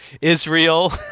Israel